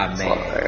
Amen